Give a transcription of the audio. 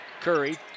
Curry